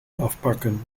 afpakken